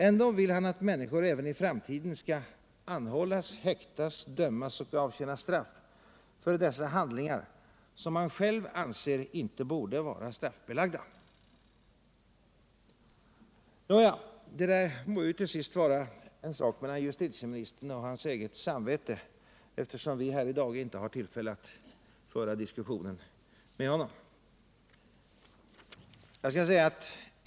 Ändå vill han att människor även i framtiden skall anhållas, häktas, dömas och avtjäna straff för dessa handlingar, som han själv anser inte borde vara straffbelagda. Nåja, detta må till sist vara en sak mellan justitieministern och hans samvete, eftersom vi inte har tillfälle att föra den diskussionen med honom här i dag.